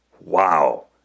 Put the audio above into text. wow